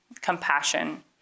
compassion